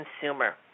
consumer